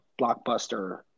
blockbuster